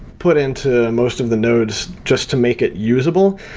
put into most of the nodes just to make it usable.